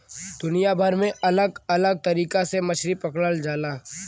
दुनिया भर में अलग अलग तरीका से मछरी पकड़ल जाला